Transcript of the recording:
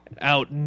out